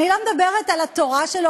אני לא מדברת על התורה שלו,